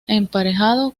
emparejado